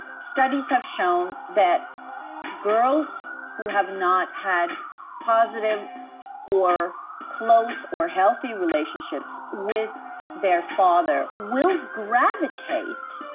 studies have shown that girls who have not had positive or close or healthy relationships with their father will gravitate